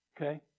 Okay